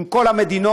על כל המדינות,